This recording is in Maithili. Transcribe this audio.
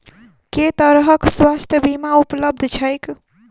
केँ तरहक स्वास्थ्य बीमा उपलब्ध छैक?